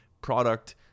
product